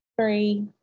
three